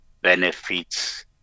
benefits